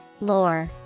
Lore